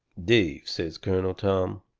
dave, says colonel tom,